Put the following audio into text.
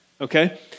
Okay